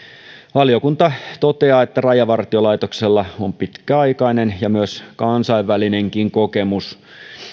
valiokunta toteaa että rajavartiolaitoksella on pitkäaikainen ja myös kansainvälinenkin kokemus